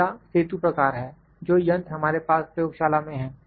अगला सेतु प्रकार है जो यंत्र हमारे पास प्रयोगशाला में है